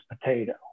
potato